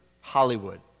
Hollywood